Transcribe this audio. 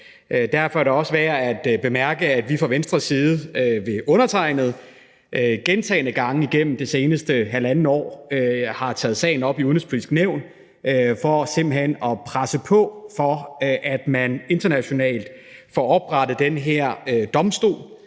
Derfor er det også værd at bemærke, at vi fra Venstres side ved undertegnede gentagne gange igennem det seneste halvandet år har taget sagen op i Det Udenrigspolitiske Nævn for simpelt hen at presse på for, at man internationalt får oprettet den her domstol,